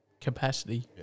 capacity